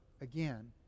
again